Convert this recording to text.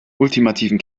ultimativen